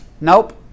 nope